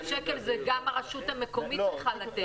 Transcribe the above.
שקל גם הרשות המקומית צריכה לתת.